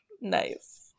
Nice